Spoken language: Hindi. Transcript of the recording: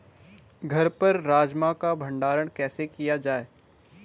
घर पर राजमा का भण्डारण कैसे किया जाय?